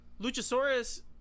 Luchasaurus